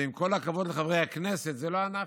עם כל הכבוד לחברי הכנסת, זה לא אנחנו.